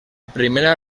primera